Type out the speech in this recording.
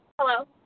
Hello